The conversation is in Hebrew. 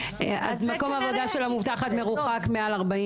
"...מקום העבודה שלו מרוחק מעל 40